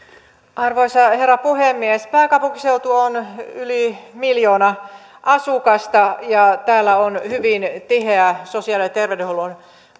arvoisa herra puhemies pääkaupunkiseudulla on yli miljoona asukasta ja täällä on hyvin tiheä sosiaali ja terveydenhuollon